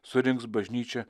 surinks bažnyčią